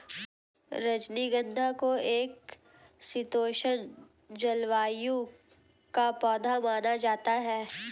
रजनीगंधा को एक शीतोष्ण जलवायु का पौधा माना जाता है